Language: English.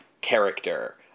character